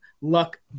luck